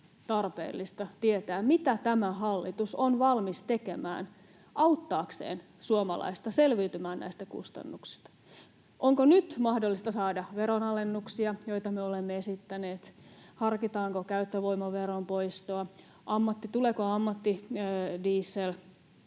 tarpeellista tietää, mitä tämä hallitus on valmis tekemään auttaakseen suomalaista selviytymään näistä kustannuksista. Onko nyt mahdollista saada veron-alennuksia, joita me olemme esittäneet? Harkitaanko käyttövoimaveron poistoa? Tuleeko ammattidiesel